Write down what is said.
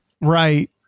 Right